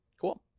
Cool